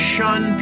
shun